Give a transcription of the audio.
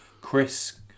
Chris